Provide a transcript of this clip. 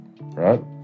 right